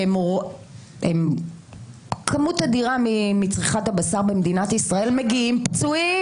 שהם כמות אדירה מצריכת הבשר במדינת ישראל מגיעים פצועים.